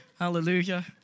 Hallelujah